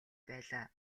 байлаа